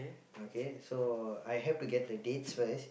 okay so I have to get the dates first